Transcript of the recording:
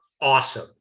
awesome